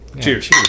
Cheers